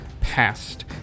past